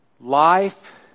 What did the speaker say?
Life